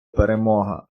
перемога